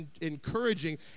encouraging